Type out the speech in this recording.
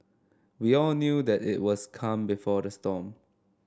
we all knew that it was calm before the storm